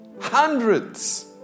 Hundreds